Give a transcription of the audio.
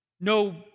no